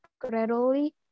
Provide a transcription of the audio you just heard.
gradually